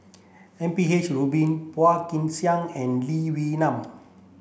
M P H Rubin Phua Kin Siang and Lee Wee Nam